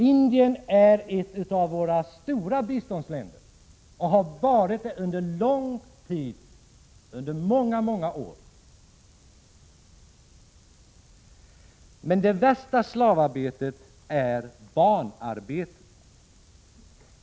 Indien är ett av våra stora biståndsländer och har varit det i många år. Det värsta slavarbetet är barnarbetet.